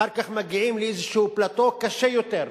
אחר כך מגיעים לאיזה פלאטו קשה יותר,